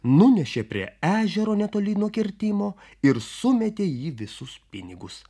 nunešė prie ežero netoli nuo kirtimo ir sumetė į jį visus pinigus